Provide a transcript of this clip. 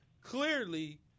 clearly